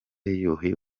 yuhi